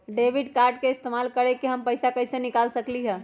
Debit card के इस्तेमाल करके हम पैईसा कईसे निकाल सकलि ह?